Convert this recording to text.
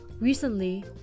Recently